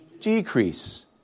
decrease